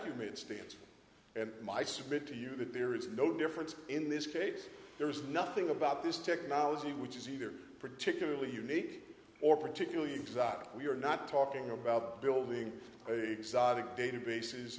made stands and my submit to you that there is no difference in this case there's nothing about this technology which is either particularly unique or particularly exotic we're not talking about building a sonic databases